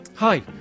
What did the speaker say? Hi